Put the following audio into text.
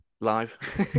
live